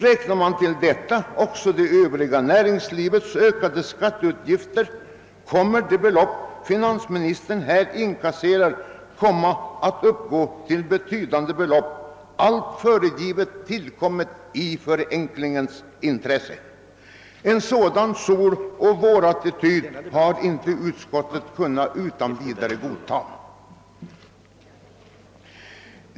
Lägger man härtill det övriga näringslivets ökning av skatteutgifterna kommer det av finansministern inkasserade beloppet att uppgå till betydande belopp allt föregivet tillkommet i förenklingens intresse. En sådan soloch vårattityd har inte utskottet utan vidare kunnat godta.